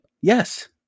Yes